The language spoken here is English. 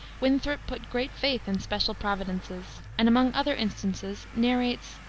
winthrop put great faith in special providences, and among other instances narrates,